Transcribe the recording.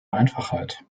einfachheit